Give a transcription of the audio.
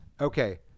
Okay